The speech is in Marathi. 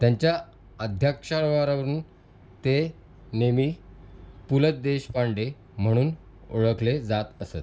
त्यांच्या आद्याक्षरावरून ते नेहमी पु ल देशपांडे म्हणून ओळखले जात असत